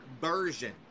Version